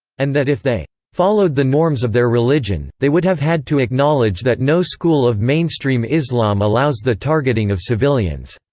and that if they followed the norms of their religion, they would have had to acknowledge that no school of mainstream islam allows the targeting of civilians.